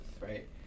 right